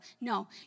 No